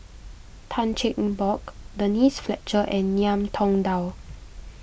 Tan Cheng Bock Denise Fletcher and Ngiam Tong Dow